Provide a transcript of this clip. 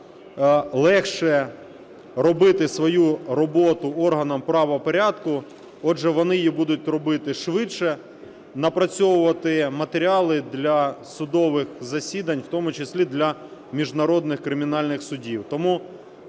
легше робити свою роботу органам правопорядку, отже, вони її будуть робити швидше, напрацьовувати матеріали для судових засідань в тому числі для міжнародних кримінальних судів.